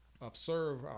observe